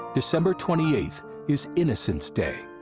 december twenty eighth is innocents day,